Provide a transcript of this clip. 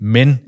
Men